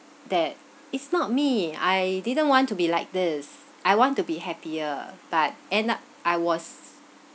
that is not me I didn't want to be like this I want to be happier but end up I was